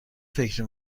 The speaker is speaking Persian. فکر